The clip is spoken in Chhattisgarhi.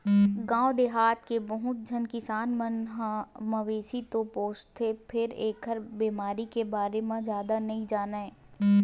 गाँव देहाथ के बहुत झन किसान मन मवेशी तो पोसथे फेर एखर बेमारी के बारे म जादा नइ जानय